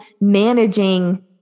managing